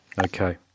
okay